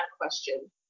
question